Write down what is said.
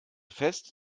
fest